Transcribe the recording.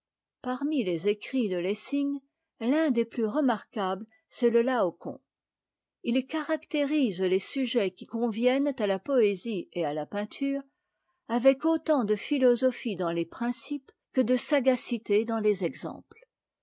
parmi les écrits de lessing l'un des plus remarquables c'est le laocoon il caractérise les sujets qui conviennent à la poésie et à la peinture avec autant de philosophie dans les principes que de sagacité dans les exemples